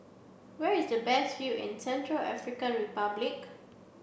where is the best view in Central African Republic